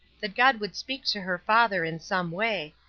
that god would speak to her father in some way,